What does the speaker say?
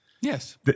yes